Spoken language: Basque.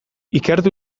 ikertu